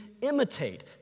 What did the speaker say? imitate